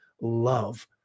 love